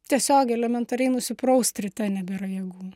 tiesiog elementariai nusipraust ryte nebėra jėgų